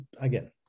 again